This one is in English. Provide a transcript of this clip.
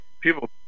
people